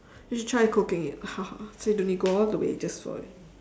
you should try cooking it so you don't need to go all the way just for it